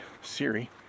Siri